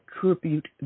tribute